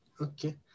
Okay